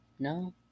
No